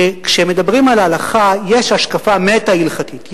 שכשמדברים על ההלכה יש השקפה מטא-הלכתית.